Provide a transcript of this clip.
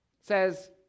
says